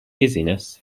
dizziness